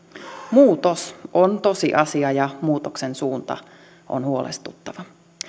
muutos on tosiasia ja muutoksen suunta on huolestuttava